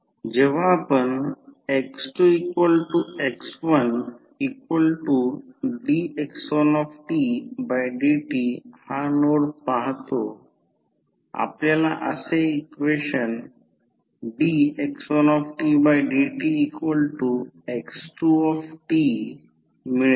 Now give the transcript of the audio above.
जेव्हा आपण x2x1dx1dt हा नोड पाहतो आपल्याला असे इक्वेशन dx1dtx2t मिळेल